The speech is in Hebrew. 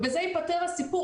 ובזה ייפתר הסיפור.